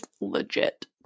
legit